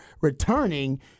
returning